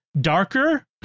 darker